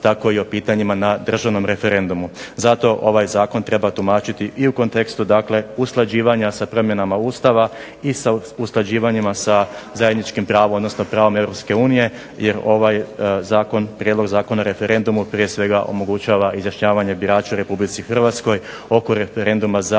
tako i o pitanjima na državnom referendumu. Zato ovaj Zakon treba tumačiti u kontekstu usklađivanja sa promjenama Ustava i usklađivanja sa zajedničkim pravom, odnosno pravom Europske unije jer ovaj Prijedlog zakona o referendumu prije svega omogućava izjašnjavanje birača u Republici Hrvatskoj oko referenduma za